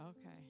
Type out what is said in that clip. Okay